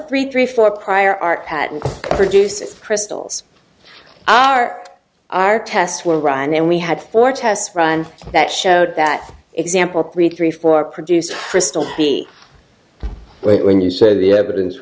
three three four prior art patent produces crystals are our tests were run and we had four tests run that showed that example three three four produced a crystal but when you say the evidence